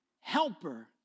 helper